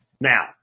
Now